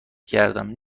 کردم